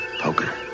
poker